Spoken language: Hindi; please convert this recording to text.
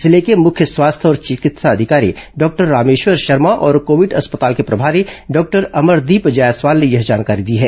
जिले के मुख्य स्वास्थ्य और चिकित्सा अधिकारी डॉक्टर रामेश्वर शर्मा और कोविड अस्पताल के प्रभारी डॉक्टर अमरदीप जायसवाल ने यह जानकारी दी है